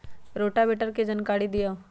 Rotavator के जानकारी दिआउ?